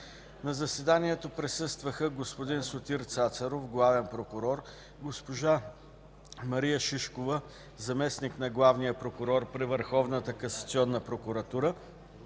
На заседанието присъстваха: господин Сотир Цацаров – главен прокурор, госпожа Мария Шишкова – заместник на главния прокурор при Върховната касационна прокуратура,